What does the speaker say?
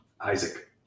Isaac